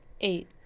eight